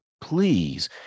please